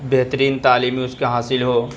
بہترین تعلیمی اس کے حاصل ہو